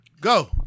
Go